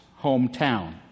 hometown